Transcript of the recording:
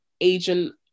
agent